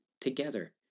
together